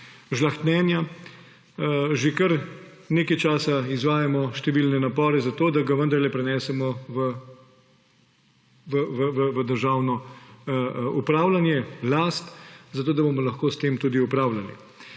žlahtnjenja, že kar nekaj časa izvajamo številne napore za to, da ga vendarle prenesemo v državno upravljanje, last, zato da bomo lahko s tem tudi upravljali.